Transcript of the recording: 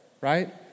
Right